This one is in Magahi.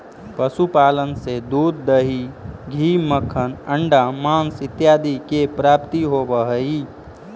पशुपालन से दूध, दही, घी, मक्खन, अण्डा, माँस इत्यादि के प्राप्ति होवऽ हइ